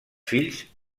fills